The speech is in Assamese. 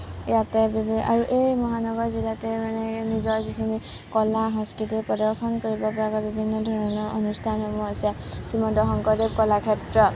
ইয়াতে আৰু এই মহানগৰ জিলাতে মানে নিজৰ যিখিনি কলা সংস্কৃতি প্ৰদৰ্শন কৰিব পৰা বিভিন্ন ধৰণৰ অনুষ্ঠানসমূহ আছে শ্ৰীমন্ত শংকৰদেৱ কলাক্ষেত্ৰ